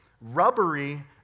rubbery